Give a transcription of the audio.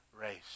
race